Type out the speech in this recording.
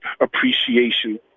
appreciation